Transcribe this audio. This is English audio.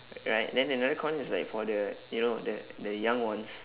ri~ right then another corner is like for the you know the the young ones